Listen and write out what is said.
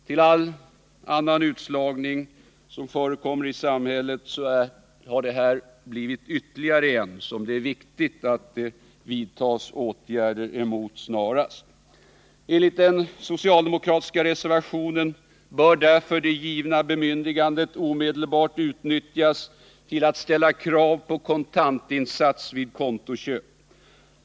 Till all annan utslagning som förekommer i samhället har detta blivit ytterligare en, som det är viktigt att det vidtas åtgärder emot snarast. Enligt den socialdemokratiska reservationen bör därför det givna bemyndigandet omedelbart utnyttjas till att ställa krav på kontantinsats vid kontoköp.